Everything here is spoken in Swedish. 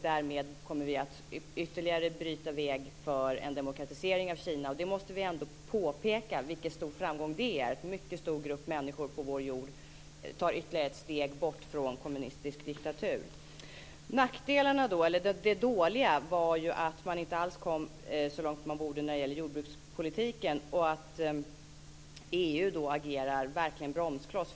Därmed kommer vi att ytterligare bryta väg för en demokratisering av Kina, och vi måste ändå påpeka vilken stor framgång det är. En mycket stor grupp människor på vår jord tar ytterligare ett steg bort från kommunistisk diktatur. Nackdelarna, eller det dåliga, var ju att man inte alls kom så långt som man borde inom jordbrukspolitiken, och att EU verkligen agerar bromskloss.